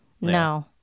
No